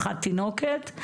אחת תינוקת,